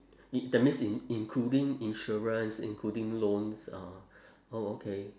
that means in~ including insurance including loans uh oh okay